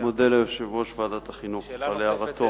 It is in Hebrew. אני מודה ליושב-ראש ועדת החינוך על הערתו החשובה.